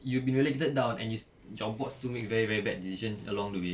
you been relegated down and you job's board to make very very bad decision along the way